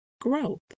growth